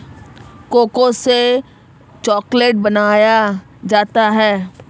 cocoa से chocolate बनाया जाता है